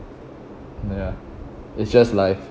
ya it's just life